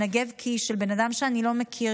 מנגב קיא של בן אדם שאני לא מכיר,